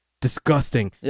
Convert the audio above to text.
disgusting